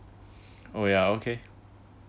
oh ya okay